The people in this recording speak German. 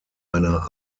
einer